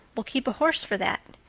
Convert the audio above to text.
we'll keep a horse for that.